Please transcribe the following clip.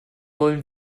wollen